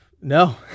No